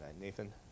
Nathan